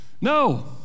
No